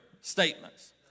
statements